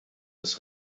des